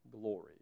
glory